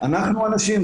אנחנו אנשים,